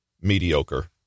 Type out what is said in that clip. mediocre